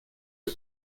der